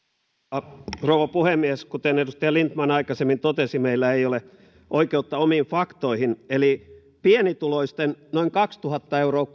arvoisa rouva puhemies kuten edustaja lindtman aikaisemmin totesi meillä ei ole oikeutta omiin faktoihin eli pienituloisten noin kaksituhatta euroa